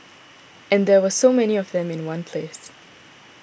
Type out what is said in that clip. and there were so many of them in one place